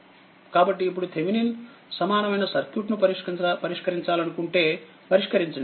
కాబట్టి ఇప్పుడు థేవినిన్స్ సమానమైన సర్క్యూట్ ను పరిష్కరిం చాలనుకుంటే పరిష్కరించండి